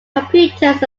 computers